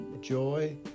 joy